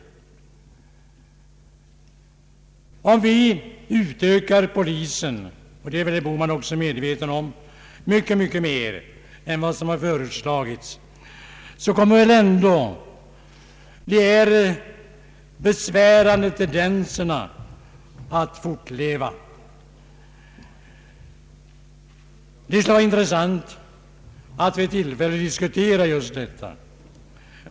Även om vi ökar antalet poliser mycket, mycket mer än vad som föreslagits, kommer ändå dessa besvärande tendenser att fortleva. Det är väl herr Bohman också medveten om. Det skulle vara intressant att vid tillfälle diskutera just detta.